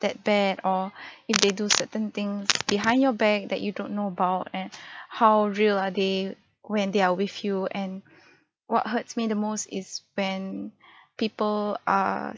that bad or if they do certain things behind your back that you don't know about and how real are they when they are with you and what hurts me the most is when people are